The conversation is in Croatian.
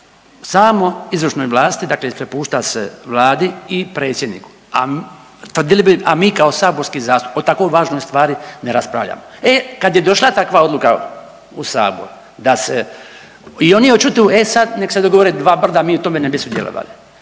samo izvršnoj vlasti. Dakle, prepušta se Vladi i predsjedniku, a tvrdili bi, a mi kao saborski zastupnici o tako važnoj stvari ne raspravljamo. E kad je došla takva odluka u Sabor da se i oni očituju, e sad nek' se dogovore dva brda, mi u tome ne bismo sudjelovali.